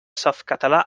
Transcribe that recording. softcatalà